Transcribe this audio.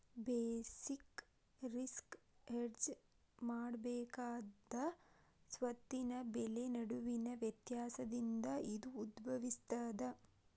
basic risk hedge ಮಾಡಬೇಕಾದ ಸ್ವತ್ತಿನ ಬೆಲೆ ನಡುವಿನ ವ್ಯತ್ಯಾಸದಿಂದ ಇದು ಉದ್ಭವಿಸ್ತದ